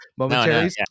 momentaries